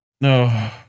No